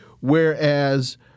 whereas